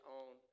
own